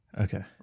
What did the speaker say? Okay